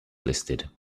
listed